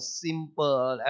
simple